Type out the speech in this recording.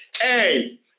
Hey